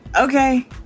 Okay